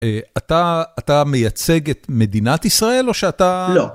אתה מייצג את מדינת ישראל, או שאתה... לא.